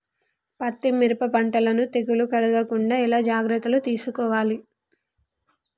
పత్తి మిరప పంటలను తెగులు కలగకుండా ఎలా జాగ్రత్తలు తీసుకోవాలి?